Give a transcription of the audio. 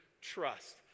trust